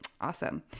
awesome